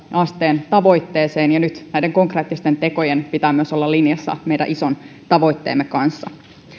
asteen tavoitteeseen ja nyt näiden konkreettisten tekojen pitää myös olla linjassa meidän ison tavoitteemme kanssa